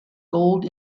gold